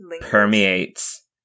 permeates